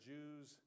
Jews